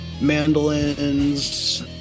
mandolins